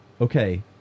Okay